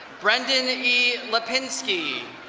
brendan e. lapinski.